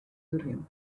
urim